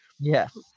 Yes